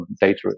data